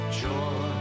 joy